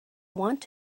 want